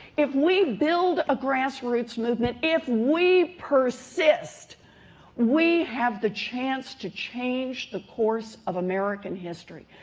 if we build a grassroots movement, if we persist we have the chance to change the course of american history.